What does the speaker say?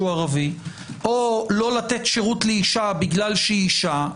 ערבי או לא לתת שירות לאשה כי היא אשה,